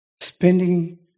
spending